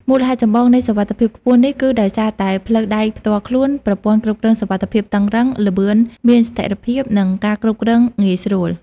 មូលហេតុចម្បងនៃសុវត្ថិភាពខ្ពស់នេះគឺដោយសារតែ ផ្លូវដែកផ្ទាល់ខ្លួន ប្រព័ន្ធគ្រប់គ្រងសុវត្ថិភាពតឹងរ៉ឹង ល្បឿនមានស្ថិរភាព និងការគ្រប់គ្រងងាយស្រួល។